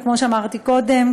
וכמו שאמרתי קודם,